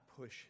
push